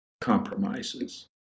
compromises